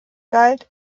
galt